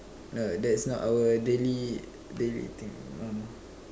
no that is not our daily daily thing no no